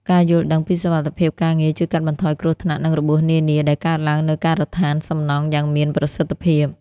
ការយល់ដឹងពីសុវត្ថិភាពការងារជួយកាត់បន្ថយគ្រោះថ្នាក់និងរបួសនានាដែលកើតឡើងនៅការដ្ឋានសំណង់យ៉ាងមានប្រសិទ្ធភាព។